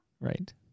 Right